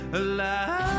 alive